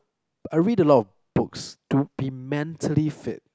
I read a lot of books to be mentally fit